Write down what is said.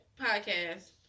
podcast